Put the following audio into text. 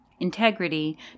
Integrity